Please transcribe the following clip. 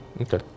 Okay